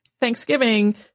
Thanksgiving